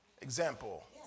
example